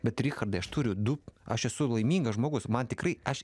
bet richardai aš turiu du aš esu laimingas žmogus man tikrai aš